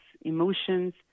emotions